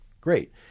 Great